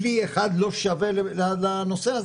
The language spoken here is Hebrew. כלי אחד לא שווה לנושא הזה,